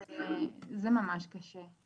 זה ממש קשה.